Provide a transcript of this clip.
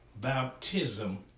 baptism